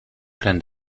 clin